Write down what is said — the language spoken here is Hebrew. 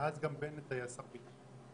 ומאז גם בנט היה שר ביטחון.